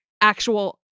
actual